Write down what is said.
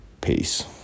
Peace